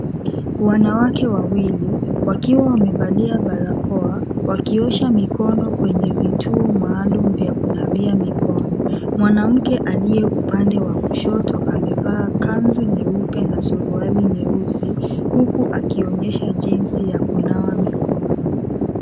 Wanawake wawili wakiwa wamevalia barakoa wakiosha mikono kwenye vituo maalum vya kunawia mikono. Mwanamke aliye upande wa kushoto, amevaa kanzu nyeupe na suruali nyeusi huku akionyesha jinsi ya kunawa mikono.